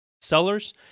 sellers